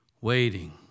Waiting